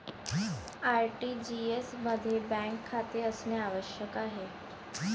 RTGS मध्ये bank खाते असणे आवश्यक आहे